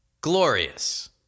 Glorious